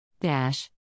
Dash